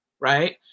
right